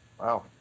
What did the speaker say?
Wow